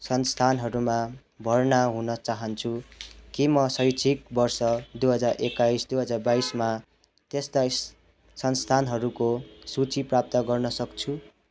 संस्थानहरूमा भर्ना हुन चाहन्छु के म शैक्षिक वर्ष दुई हजार एक्काइस दुई हजार बाइसमा त्यस्ता संस्थानहरूको सूची प्राप्त गर्न सक्छु